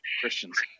christians